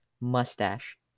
mustache